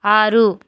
ఆరు